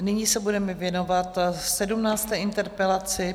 Nyní se budeme věnovat 17. interpelaci.